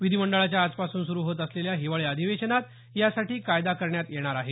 विधीमंडळाच्या आजपासून सुरू होत असलेल्या हिवाळी अधिवेशनात यासाठी कायदा करण्यात येणार आहे